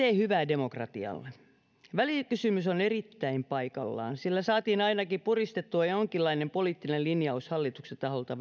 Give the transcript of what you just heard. ei tee hyvää demokratialle välikysymys on erittäin paikallaan sillä saatiin ainakin vihdoin puristettua jonkinlainen poliittinen linjaus hallituksen taholta